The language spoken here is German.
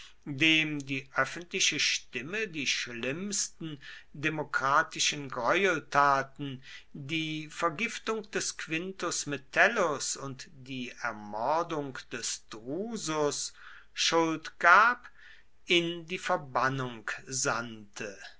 dem die öffentliche stimme die schlimmsten demokratischen greueltaten die vergiftung des quintus metellus und die ermordung des drusus schuld gab in die verbannung sandte